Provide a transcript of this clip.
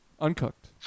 Uncooked